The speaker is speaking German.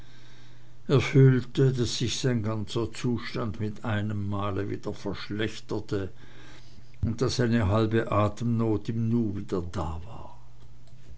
fühlte daß sich sein ganzer zustand mit einem male wieder verschlechterte und daß eine halbe atemnot im nu wieder da war